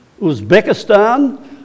Uzbekistan